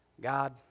God